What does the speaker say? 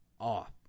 off